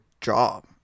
job